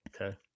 Okay